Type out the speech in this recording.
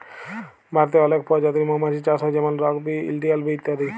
ভারতে অলেক পজাতির মমাছির চাষ হ্যয় যেমল রক বি, ইলডিয়াল বি ইত্যাদি